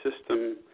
system